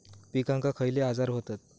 पिकांक खयले आजार व्हतत?